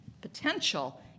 potential